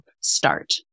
start